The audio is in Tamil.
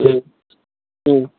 ம் ம்